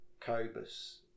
cobus